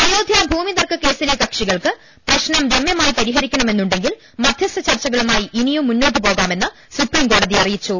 അയോധ്യ ഭൂമിതർക്ക കേസിലെ കക്ഷികൾക്ക് പ്രശ്നം രമ്യ മായി പരിഹരിക്കണമെന്നുണ്ടെങ്കിൽ മധ്യസ്ഥ ചർച്ചകളുമായി ഇനിയും മുന്നോട്ട് പോകാമെന്ന് സുപ്രീംകോടതി അറിയിച്ചു